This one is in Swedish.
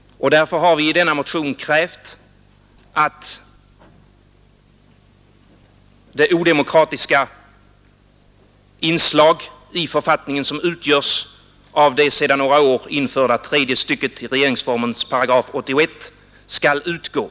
Därför har vi i denna motion krävt att det odemokratiska inslag i författningen som utgörs av det för några år sedan införda tredje stycket i regeringsformens § 81 skall utgå.